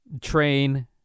train